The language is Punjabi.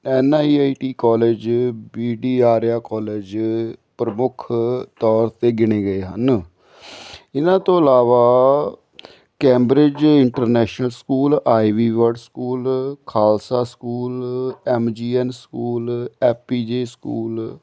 ਐਨਆਈਆਈਟੀ ਕਾਲਜ ਬੀਟੀਆ ਆਰਿਆ ਕਾਲਜ ਪ੍ਰਮੁੱਖ ਤੌਰ 'ਤੇ ਗਿਣੇ ਗਏ ਹਨ ਇਹਨਾਂ ਤੋਂ ਇਲਾਵਾ Cambridge international school Ivy world school Khalsa school MGN school APJ school